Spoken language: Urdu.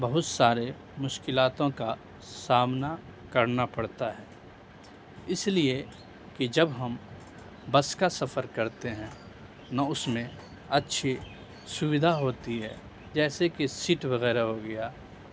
بہت سارے مشکلاتوں کا سامنا کرنا پڑتا ہے اس لیے کہ جب ہم بس کا سفر کرتے ہیں نہ اس میں اچھی سویدھا ہوتی ہے جیسے کہ سیٹ وغیرہ ہو گیا